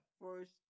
first